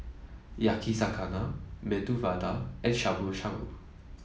Yakizakana Medu Vada and Shabu Shabu